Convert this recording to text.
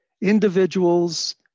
individuals